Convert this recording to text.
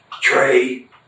trade